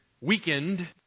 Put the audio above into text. weakened